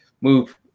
move